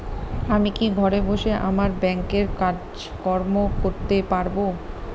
আমি কি ঘরে বসে আমার ব্যাংকের কাজকর্ম করতে পারব?